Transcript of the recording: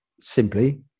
simply